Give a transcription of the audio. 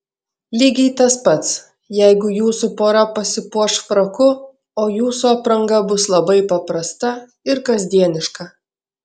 lygiai tas pats jeigu jūsų pora pasipuoš fraku o jūsų apranga bus labai paprasta ir kasdieniška